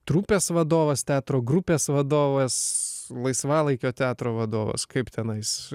trupės vadovas teatro grupės vadovas laisvalaikio teatro vadovas kaip tenais